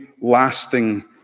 lasting